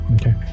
Okay